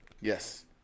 Yes